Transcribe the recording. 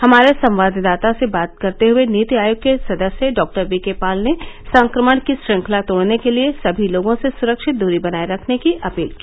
हमारे संवाददाता से बात करते हए नीति आयोग के सदस्य डॉ वीके पॉल ने संक्रमण की श्रंखला तोडने के लिए सभी लोगों से सुरक्षित दरी बनाए रखने की अपील की